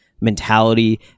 mentality